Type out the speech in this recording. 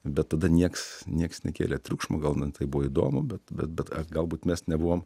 bet tada nieks nieks nekėlė triukšmo gal net tai buvo įdomu bet bet a galbūt mes nebuvom